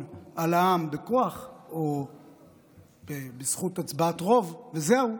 על העם בכוח או בזכות הצבעת רוב וזהו,